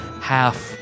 half